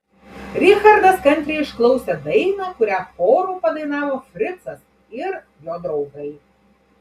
richardas kantriai išklausė dainą kurią choru padainavo fricas ir jo draugai